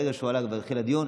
ברגע שהוא עלה כבר התחיל הדיון.